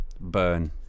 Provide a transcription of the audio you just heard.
burn